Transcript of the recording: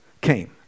came